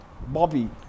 bobby